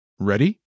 Ready